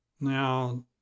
Now